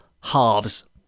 halves